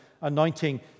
anointing